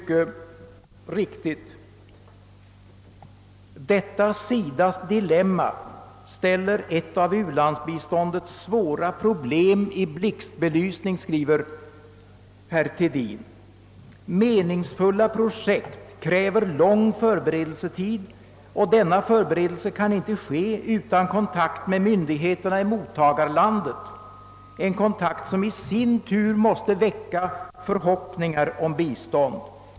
Det heter där: »Detta SIDA:s dilemma ställer ett av u-landsbiståndets svåra problem i blixtbelysning, Meningsfulla projekt kräver lång förberedelsetid, och denna förberedelse kan inte ske utan kontakt med myndigheterna i mottagarlandet, en kontakt som i sin tur måste väcka förhoppningar om bistånd.